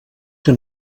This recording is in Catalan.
que